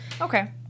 Okay